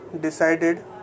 Decided